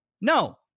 No